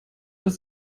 dass